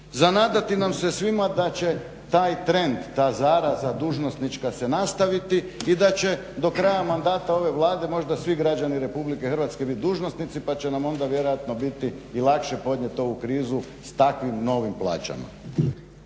za nadati nam se svima da će taj trend, ta zaraza dužnosnička se nastaviti i da će do kraja mandata ove Vlade možda svi građani RH biti dužnosnici pa će nam onda vjerojatno biti i lakše podnijeti ovu krizu s takvim novim plaćama.